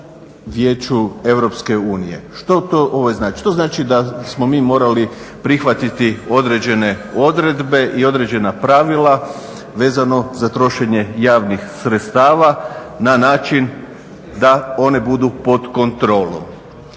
Vijeću Europske unije. Što to znači? To znači da smo mi morali prihvatiti određene odredbe i određena pravila vezano za trošenje javnih sredstava na način da one budu pod kontrolom.